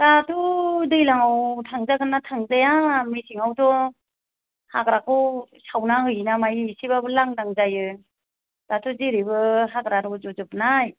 दाथ' दैलांआव थांजागोनना थांजाया मेसेंआवथ' हाग्राखौ सावना होयोना मायो एसे लांदां जायो दाथ' जेरैबो हाग्रा र'ज'जोबनाय